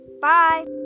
Bye